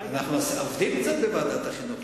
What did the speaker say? אנחנו עובדים קצת בוועדת החינוך,